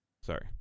sorry